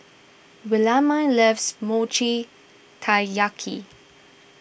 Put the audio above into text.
Williemae loves Mochi Taiyaki